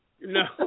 No